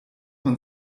man